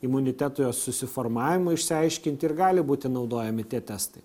imuniteto susiformavimo išsiaiškinti ir gali būti naudojami tie testai